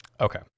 Okay